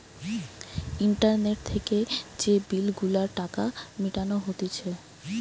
internet থেকে যে bill গুলার টাকা মিটানো হতিছে